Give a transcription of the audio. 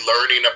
learning